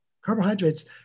Carbohydrates